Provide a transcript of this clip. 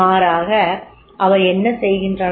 மாறாக அவை என்ன செய்கின்றன